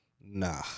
Nah